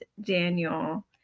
daniel